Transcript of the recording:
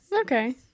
Okay